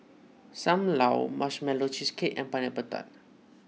Sam Lau Marshmallow Cheesecake and Pineapple Tart